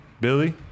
Billy